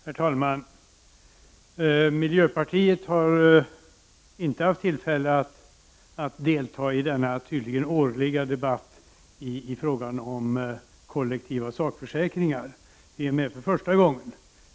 Herr talman! Miljöpartiet har inte haft tillfälle att delta i denna tydligen årliga debatt i frågan om kollektiva sakförsäkringar. Vi är nu med för första gången.